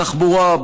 בתחבורה,